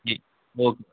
जी okay